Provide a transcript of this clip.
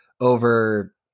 over